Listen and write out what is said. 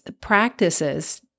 practices